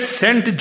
sent